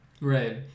Right